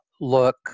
look